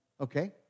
Okay